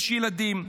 יש ילדים,